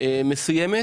מסוימת